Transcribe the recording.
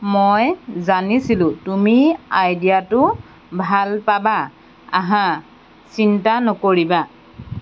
মই জানিছিলোঁ তুমি আইডিয়াটো ভাল পাবা আহা চিন্তা নকৰিবা